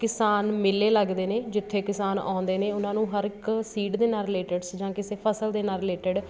ਕਿਸਾਨ ਮੇਲੇ ਲੱਗਦੇ ਨੇ ਜਿੱਥੇ ਕਿਸਾਨ ਆਉਂਦੇ ਨੇ ਉਹਨਾਂ ਨੂੰ ਹਰ ਇੱਕ ਸੀਡ ਦੇ ਨਾਲ਼ ਰਿਲੇਟਿਡਸ ਜਾਂ ਕਿਸੇ ਫ਼ਸਲ ਦੇ ਨਾਲ਼ ਰਿਲੇਟਿਡ